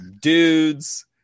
dudes